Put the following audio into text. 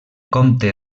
comte